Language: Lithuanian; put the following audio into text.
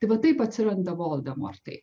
tai va taip atsiranda voldemortai